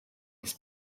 his